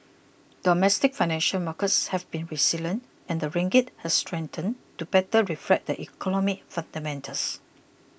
domestic financial markets have been resilient and the ringgit has strengthened to better reflect the economic fundamentals